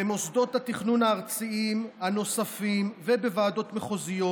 במוסדות התכנון הארציים הנוספים ובוועדות המחוזיות